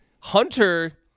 Hunter